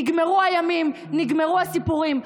נגמרו הימים, נגמרו הסיפורים.